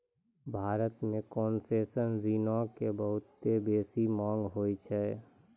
भारत मे कोन्सेसनल ऋणो के बहुते बेसी मांग होय छै